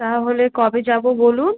তাহলে কবে যাবো বলুন